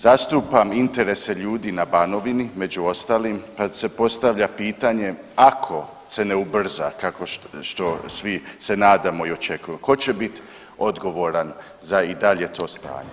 Zastupam interese ljudi na Banovini, među ostalim, pa se postavlja pitanje, ako se ne ubrza, kako što svi se nadamo i očekujemo, tko će biti odgovoran za i dalje to stanje?